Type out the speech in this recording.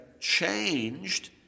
changed